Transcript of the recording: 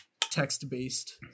text-based